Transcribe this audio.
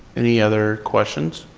any other questions?